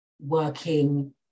working